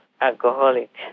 alcoholic